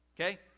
Okay